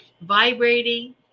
Vibrating